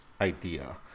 idea